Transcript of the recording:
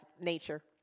nature